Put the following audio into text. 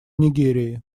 нигерии